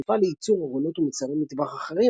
מפעל לייצור ארונות ומוצרי מטבח אחרים